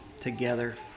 together